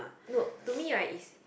no to me right is